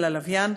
וללוויין.